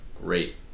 Great